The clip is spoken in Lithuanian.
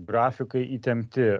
grafikai įtempti